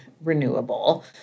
renewable